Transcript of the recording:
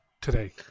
today